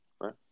right